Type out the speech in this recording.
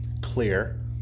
clear